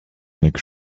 make